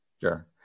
Sure